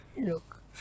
Look